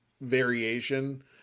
variation